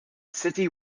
city